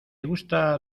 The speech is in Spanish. gusta